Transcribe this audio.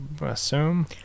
assume